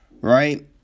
right